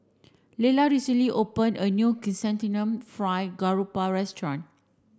Lyla recently opened a new chrysanthemum fried garoupa restaurant